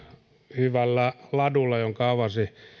hyvällä ladulla jonka avasi